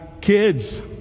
kids